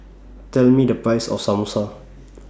Tell Me The Price of Samosa